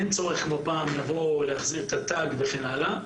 אין צורך, כמו פעם, לבוא להחזיר את התג וכן הלאה.